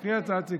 מקריא הצעת סיכום.